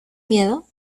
miedo